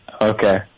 Okay